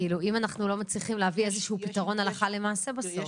כאילו אם אנחנו לא מצליחים להביא איזשהו פתרון הלכה למעשה בסוף.